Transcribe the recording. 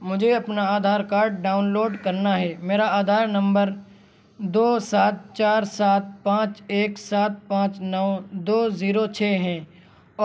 مجھے اپنا Aadhaar card download کرنا ہے میرا آدھار نمبر دو سات چار سات پانچ ایک سات پانچ نو دو زیرو چھ ہے